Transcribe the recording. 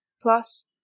Plus